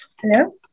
Hello